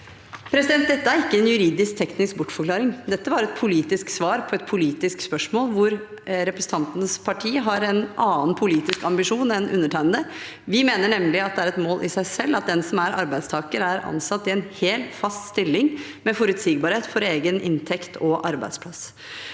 Dette er ikke en juridisk-teknisk bortforklaring. Dette var et politisk svar på et politisk spørsmål hvor representantens parti har en annen politisk ambisjon enn undertegnende. Vi mener nemlig at det er et mål i seg selv at den som er arbeidstaker, er ansatt i en hel, fast stilling med forutsigbarhet for egen inntekt og arbeidsplass.